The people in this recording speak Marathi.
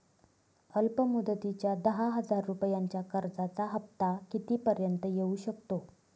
अल्प मुदतीच्या दहा हजार रुपयांच्या कर्जाचा हफ्ता किती पर्यंत येवू शकतो?